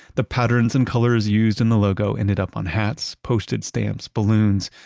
the patterns and colors used in the logo ended up on hats, posted stamps, balloons,